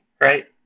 right